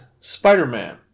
Spider-Man